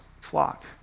flock